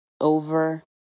over